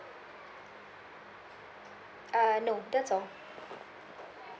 uh no that's all